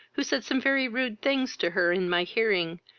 who said some very rude things to her in my hearing,